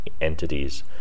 entities